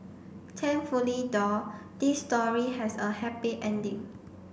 thankfully though this story has a happy ending